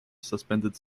suspended